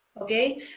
okay